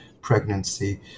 pregnancy